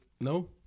no